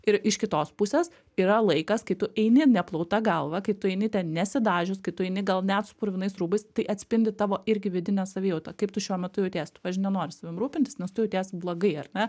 ir iš kitos pusės yra laikas kai tu eini neplauta galva kai kai tu eini ten nesidažius kai tu eini gal net su purvinais rūbais tai atspindi tavo irgi vidinę savijautą kaip tu šiuo metu jauties tu pavyzdžiui nenori savim rūpintis nes tu jautiesi blogai ar ne